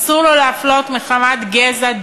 אסור לו להפלות מחמת גזע,